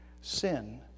Sin